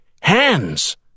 hands